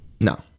no